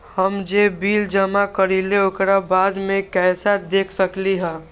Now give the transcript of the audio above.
हम जे बिल जमा करईले ओकरा बाद में कैसे देख सकलि ह?